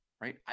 right